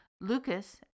Lucas